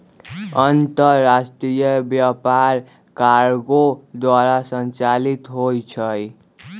अंतरराष्ट्रीय व्यापार कार्गो द्वारा संचालित होइ छइ